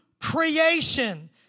creation